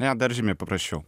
ne dar žymiai paprasčiau